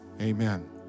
amen